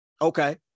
Okay